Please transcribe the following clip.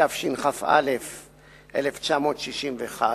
התשכ"א 1961,